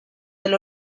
del